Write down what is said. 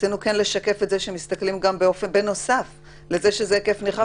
רצינו כן לשקף את זה שבנוסף לזה שזה היקף נרחב